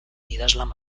idazlan